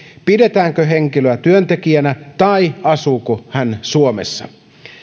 pidetäänkö henkilöä työntekijänä tai asuuko hän suomessa